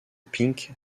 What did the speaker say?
pink